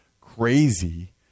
crazy